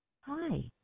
Hi